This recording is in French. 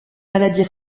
maladie